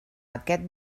aquest